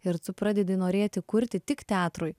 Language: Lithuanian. ir tu pradedi norėti kurti tik teatrui